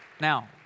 Now